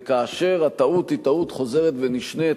וכאשר הטעות היא טעות חוזרת ונשנית,